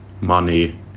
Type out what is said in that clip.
money